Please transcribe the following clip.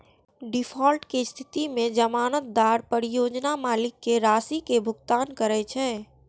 default के स्थिति मे जमानतदार परियोजना मालिक कें राशि के भुगतान करै छै